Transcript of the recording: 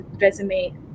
resume